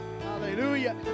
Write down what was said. Hallelujah